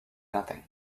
nothing